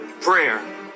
prayer